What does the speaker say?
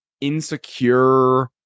insecure